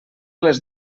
les